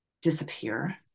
disappear